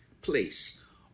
place